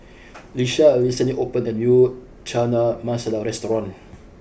Lisha recently opened a new Chana Masala restaurant